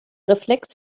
reflex